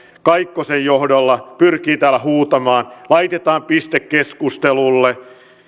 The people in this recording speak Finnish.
kaikkosen johdolla pyrkii täällä huutamaan että laitetaan piste keskustelulle